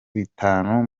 bitanu